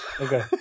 Okay